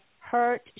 hurt